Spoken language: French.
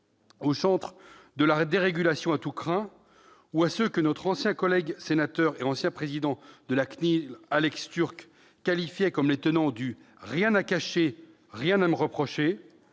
aux chantres de la dérégulation à tous crins ou à ceux que notre ancien collègue sénateur et ancien président de la CNIL, Alex Türk, qualifiait de tenants du « rien à cacher, rien à me reprocher »,